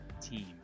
team